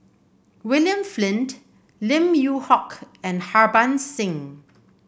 William Flint Lim Yew Hock and Harbans Singh